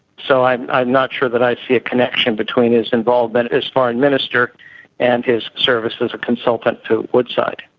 so i'm i'm not sure that i see a connection between his involvement as foreign minister and his service as a consultant to woodside.